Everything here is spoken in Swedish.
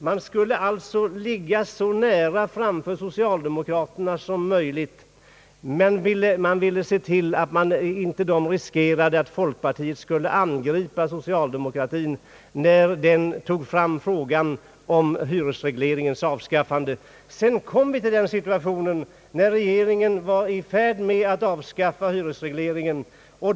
Man skall alltså ligga så nära framför socialdemokraterna som möjligt, men man skulle inte angripa socialdemokratin när den tog fram frågan om hyresregleringens avskaffande. Sedan kom vi fram till den situationen då regeringen var i färd med att avskaffa hyresregleringen.